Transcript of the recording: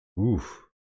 oof